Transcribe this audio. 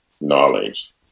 knowledge